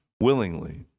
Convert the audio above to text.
willingly